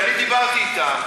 שנייה, אני ביקשתי לפני כן.